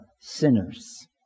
sinners